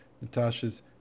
Natasha's